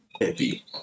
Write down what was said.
heavy